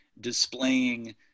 displaying